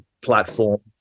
platform